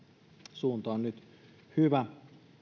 suunta on nyt hyvä